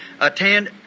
attend